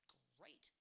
great